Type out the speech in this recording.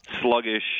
sluggish